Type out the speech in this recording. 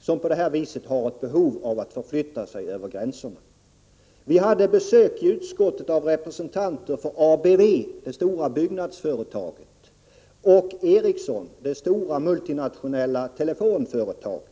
som har behov av att på detta vis förflytta sig över gränserna. Vi hade i utskottet besök av representanter för ABV, det stora byggföretaget, och Ericsson, det stora multinationella telefonföretaget.